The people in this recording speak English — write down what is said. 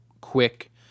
quick